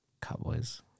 Cowboys